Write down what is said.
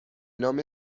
نام